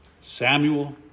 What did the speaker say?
Samuel